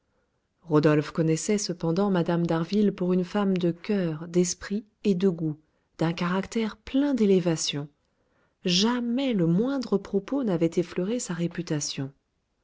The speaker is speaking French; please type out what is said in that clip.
rodolphe connaissait cependant mme d'harville pour une femme de coeur d'esprit et de goût d'un caractère plein d'élévation jamais le moindre propos n'avait effleuré sa réputation